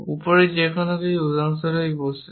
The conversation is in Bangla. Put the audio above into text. উপরের যেকোন কিছু উদাহরণস্বরূপ যদি এই বস্তুটি হয়